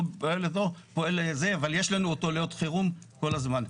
אבל יש לנו אותו לאות חירום כל הזמן.